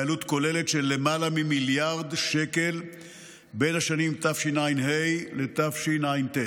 בעלות כוללת של למעלה ממיליארד שקלים בין השנים תשע"ה ותשע"ט,